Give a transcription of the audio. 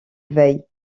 veille